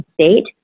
state